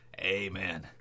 Amen